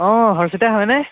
অঁ হৰ্ষিতা হয়নে